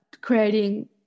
creating